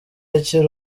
akiri